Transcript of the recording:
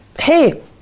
hey